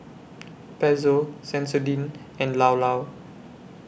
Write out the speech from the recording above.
Pezzo Sensodyne and Llao Llao